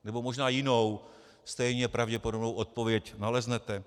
Nebo možná jinou, stejně pravděpodobnou odpověď naleznete.